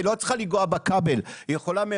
היא לא צריכה לגעת בכבל היא יכולה גם